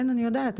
כן, אני יודעת.